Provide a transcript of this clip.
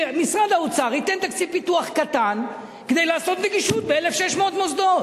שמשרד האוצר יתנה תקציב פיתוח קטן כדי לעשות נגישות ב-1,600 מוסדות?